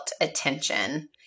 attention